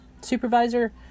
supervisor